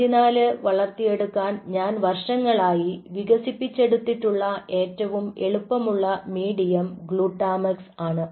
E14 വളർത്തിയെടുക്കാൻ ഞാൻ വർഷങ്ങളായി വികസിപ്പിച്ചെടുത്തിട്ടുള്ള ഏറ്റവും എളുപ്പമുള്ള മീഡിയം ഗ്ലുട്ടാമാക്സ് ആണ്